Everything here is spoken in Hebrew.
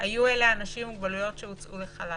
היו אלה אנשים עם מוגבלויות שהוצאו לחל"ת.